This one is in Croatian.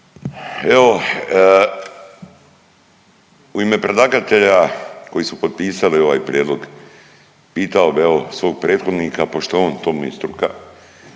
Evo u ime predlagatelja koji su potpisali ovaj prijedlog pitao bi evo svog prethodnika pošto on to mu je struka,